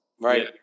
Right